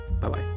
Bye-bye